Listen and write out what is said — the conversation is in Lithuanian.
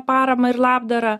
paramą ir labdarą